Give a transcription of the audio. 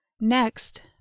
Next